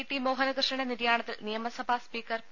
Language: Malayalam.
ടി മോഹനകൃഷ്ണന്റെ നിര്യാണത്തിൽ നിയമസഭാ സ്പീക്കർ പി